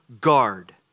guard